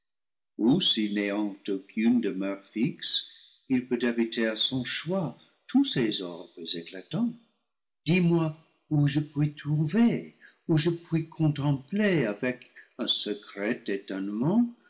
demeure fixe il peut habiter à son choix tous ces orbes éclatants dis-moi où je puis trouver où je puis contempler avec un secret étonnement